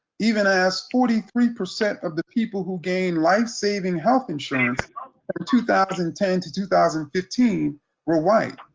even as forty three percent of the people who gain life-saving health insurance at two thousand and ten to two thousand and fifteen were white.